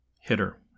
hitter